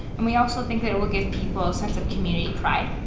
and we also think that it will give people a sense of community pride.